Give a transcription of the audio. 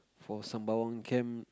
for Sembawang camp